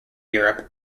europe